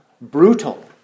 brutal